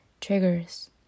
triggers